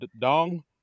dong